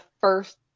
first